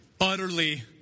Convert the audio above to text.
utterly